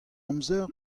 amzer